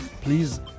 please